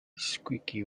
squeaky